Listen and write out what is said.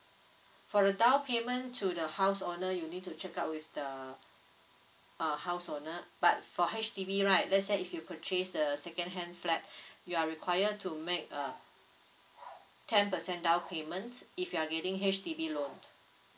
for the down payment to the house owner you need to check out with the err house owner but for H_D_B right let's say if you purchase the second hand flat you are required to make a ten percent down payment if you're getting H_B_D loan